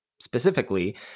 specifically